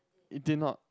it did not